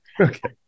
Okay